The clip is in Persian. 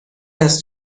است